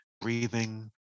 breathing